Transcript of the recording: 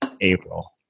April